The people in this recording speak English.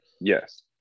Yes